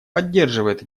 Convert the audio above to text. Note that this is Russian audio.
поддерживает